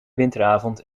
winteravond